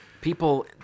people